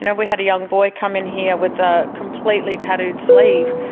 and we had a young boy come in here with a completely tattooed sleeve,